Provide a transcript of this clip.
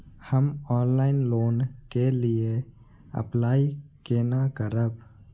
हम online loan के लिए अप्लाई केना करब?